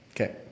Okay